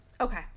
Okay